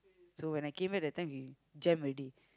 so when I came back that time he jam already